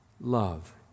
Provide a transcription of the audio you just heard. love